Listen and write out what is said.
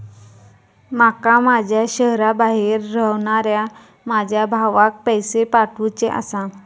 माका माझ्या शहराबाहेर रव्हनाऱ्या माझ्या भावाक पैसे पाठवुचे आसा